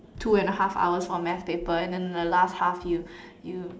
two and a half hours for math paper and then the last half you you